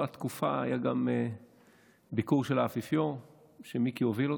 באותה תקופה היה גם ביקור של האפיפיור שמיקי הוביל,